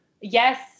yes